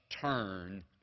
turn